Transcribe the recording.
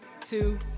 two